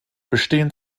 bestehen